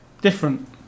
Different